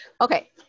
Okay